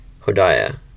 Hodiah